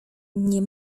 nie